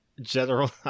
general